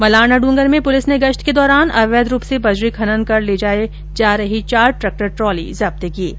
मलारना डूंगर में पुलिस ने गश्त के दौरान अवैध रूप से बजरी खनन कर ले जा रहे चार ट्रैक्टर ट्रॉली जप्त की है